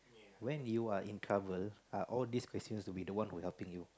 when you are in trouble are all these questions will be the one who helping you